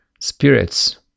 spirits